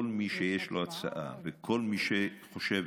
כל מי שיש לו הצעה וכל מי שחושבת